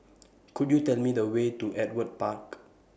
Could YOU Tell Me The Way to Ewart Park